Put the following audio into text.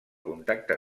contacte